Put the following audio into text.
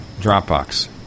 Dropbox